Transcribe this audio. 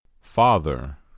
Father